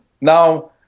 now